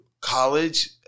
college